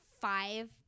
five